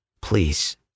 please